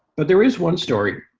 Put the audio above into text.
but there is one story.